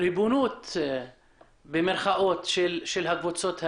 ריבונות של הקבוצות האלו.